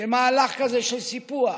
שמהלך כזה של סיפוח